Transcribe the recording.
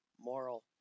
moral